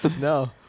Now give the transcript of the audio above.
No